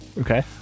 Okay